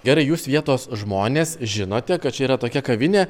gerai jūs vietos žmonės žinote kad čia yra tokia kavinė